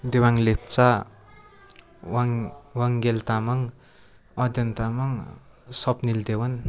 दिवाङ लेप्चा वाङ वाङ्गेल तामाङ अधय्यन तामाङ स्वप्निल देवान